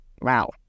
Wow